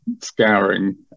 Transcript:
scouring